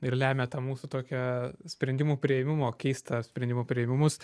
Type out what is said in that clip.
ir lemia tą mūsų tokią sprendimų priėmimo keistą sprendimų priėmimus